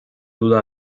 duda